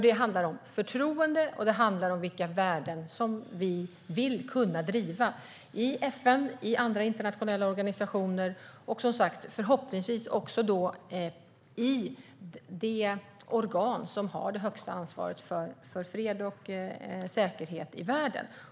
Det handlar om förtroende, och det handlar om vilka värden vi vill kunna driva i FN, andra internationella organisationer och som sagt förhoppningsvis också i det organ som har det högsta ansvaret för fred och säkerhet i världen.